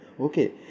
Okay